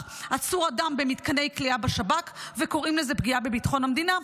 עצור אדם במתקני כליאה בשב"כ וקוראים לזה פגיעה בביטחון המדינה.